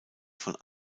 von